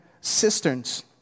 cisterns